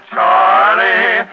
Charlie